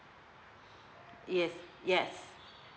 yes yes